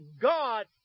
god